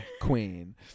queen